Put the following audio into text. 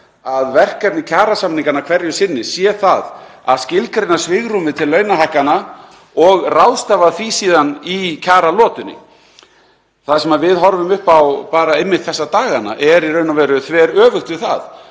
að verkefni kjarasamninganna hverju sinni sé að skilgreina svigrúmið til launahækkana og ráðstafa því síðan í kjaralotunni. Þar sem við horfum upp á einmitt þessa dagana er í raun og veru þveröfugt við það